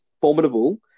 Formidable